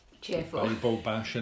Cheerful